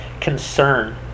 concern